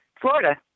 Florida